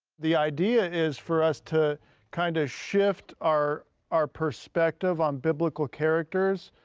the idea is for us to kinda shift our our perspective on biblical characters.